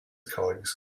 colleagues